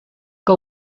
que